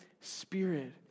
Spirit